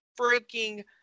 freaking